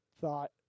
thought